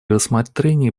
рассмотрении